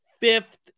fifth